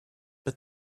but